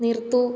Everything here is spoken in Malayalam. നിർത്തൂ